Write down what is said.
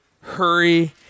hurry